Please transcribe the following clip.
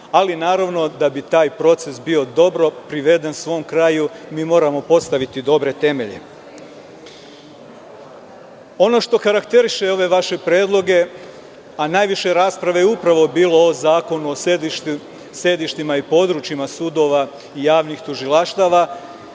Naravno, da bi taj proces bio dobro priveden svom kraju, mi moramo postaviti dobre temelje. Ono što karakteriše ove vaše predloge, a najviše rasprave je upravo bilo o zakonu o sedištima i područjima sudova i javnih tužilaštava,